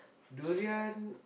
durian